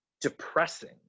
depressing